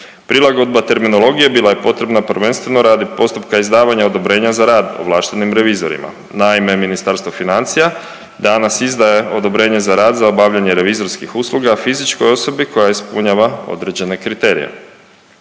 Prilagodbe terminologije bila je potrebna prvenstveno radi postupka izdavanja odobrenja za rad ovlaštenim revizorima. Naime, Ministarstvo financija danas izdaje odobrenje za rad za obavljanje revizorskih usluga fizičkoj osobi koja ispunjava određene kriterije.